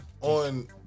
on